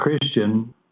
Christian